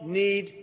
need